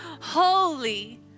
holy